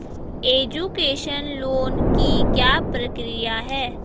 Education loan की क्या प्रक्रिया है?